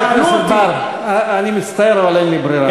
חבר הכנסת בר, אני מצטער אבל אין לי ברירה.